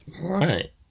Right